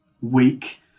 week